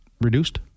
reduced